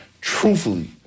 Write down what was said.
Truthfully